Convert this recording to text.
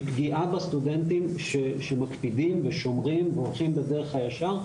היא פגיעה בסטודנטים שמקפידים ושומרים והולכים בדרך הישר,